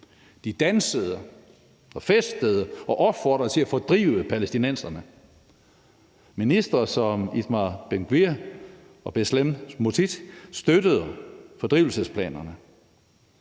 De dansede og festede og opfordrede til at fordrive palæstinenserne. Ministre som Itamar Ben-Gvir og Bezalel Smootrich støttede fordrivelsesplanerne.